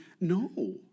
No